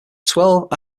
twelve